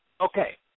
Okay